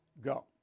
Go